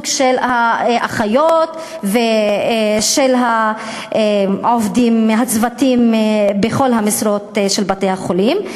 של האחיות ושל העובדים מהצוותים בכל המשרות של בתי-החולים.